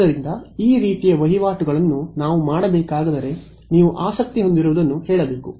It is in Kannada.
ಆದ್ದರಿಂದ ಈ ರೀತಿಯ ವಹಿವಾಟುಗಳನ್ನು ನಾವು ಮಾಡಬೇಕಾದರೆ ನೀವು ಆಸಕ್ತಿ ಹೊಂದಿರುವದನ್ನು ಹೇಳಬೇಕು